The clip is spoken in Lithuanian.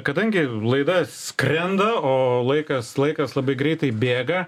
kadangi laida skrenda o laikas laikas labai greitai bėga